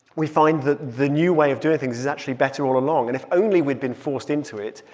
we find that the new way of doing things is actually better all along. and if only we'd been forced into it,